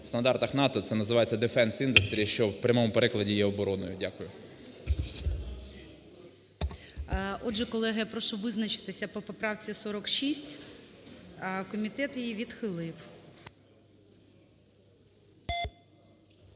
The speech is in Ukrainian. в стандартах НАТО це називається defense industrial, що в прямому перекладі є обороною. Дякую. ГОЛОВУЮЧИЙ. Отже, колеги, я прошу визначитися по поправці 46. Комітет її відхилив.